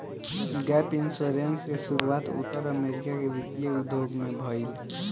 gap insurance के शुरुआत उत्तर अमेरिका के वित्तीय उद्योग में भईल